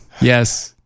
Yes